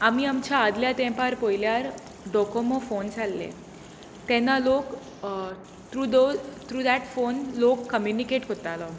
आमी आमच्या आदल्या तेंपार पळयल्यार डोकोमो फोन्स आसले तेन्ना लोक through those through that phone लोक कम्यूनिकेट करतालो